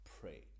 pray